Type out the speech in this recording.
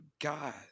God